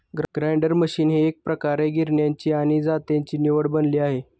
grinder machine ही एकप्रकारे गिरण्यांची आणि जात्याची निवड बनली आहे